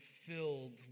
filled